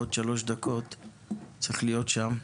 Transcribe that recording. בעוד שלוש דקות אני צריך להיות שם.